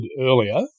earlier